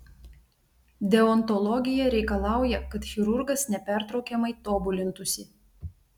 deontologija reikalauja kad chirurgas nepertraukiamai tobulintųsi